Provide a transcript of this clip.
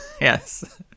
Yes